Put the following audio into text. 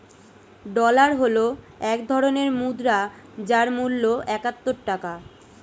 dollar হল এক ধরনের মুদ্রা যার মূল্য একাত্তর টাকা